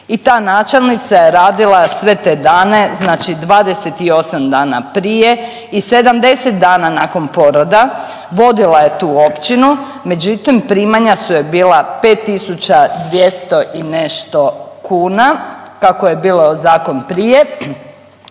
i ta načelnica je radila sve te dane znači 28 dana prije i 70 dana nakon poroda, vodila je tu općinu međutim primanja su joj bila 5.200 i nešto kuna tako je bio zakon prije